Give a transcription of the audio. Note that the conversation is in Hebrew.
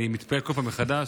אני מתפעל כל פעם מחדש,